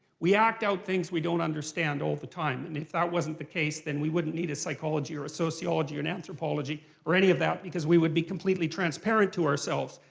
we act out things we don't understand all the time. and if that wasn't the case, then we wouldn't need a psychology or a sociology or an anthropology or any of that because we would be completely transparent to ourselves.